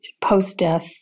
post-death